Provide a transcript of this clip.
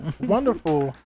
wonderful